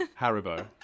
Haribo